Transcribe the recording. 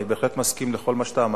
אני בהחלט מסכים לכל מה שאמרת.